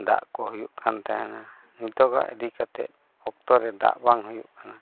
ᱫᱟᱜ ᱠᱚ ᱦᱩᱭᱩᱜ ᱠᱟᱱ ᱛᱟᱦᱮᱱᱟ ᱱᱤᱛᱚᱜᱼᱟᱜ ᱤᱫᱤ ᱠᱟᱛᱮᱫ ᱚᱠᱛᱚᱨᱮ ᱫᱟᱜ ᱵᱟᱝ ᱦᱩᱭᱩᱜ ᱠᱟᱱᱟ